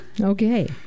Okay